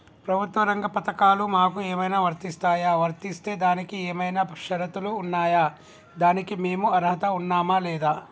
ప్రభుత్వ రంగ పథకాలు మాకు ఏమైనా వర్తిస్తాయా? వర్తిస్తే దానికి ఏమైనా షరతులు ఉన్నాయా? దానికి మేము అర్హత ఉన్నామా లేదా?